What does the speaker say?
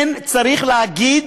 כן, צריך להגיד: